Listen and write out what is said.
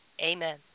Amen